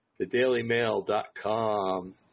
thedailymail.com